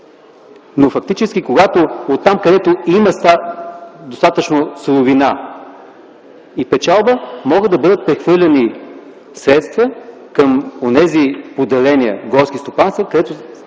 Фактически от там, където има достатъчно суровина и печалба, могат да бъдат прехвърлени средства към онези поделения - горски стопанства, където те